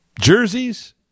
jerseys